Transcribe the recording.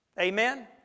Amen